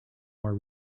more